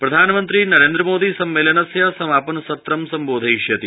प्रधानमन्त्री नरेन्द्रमोदी सम्मेलनस्य समापनसत्रं सम्बोधयिष्यति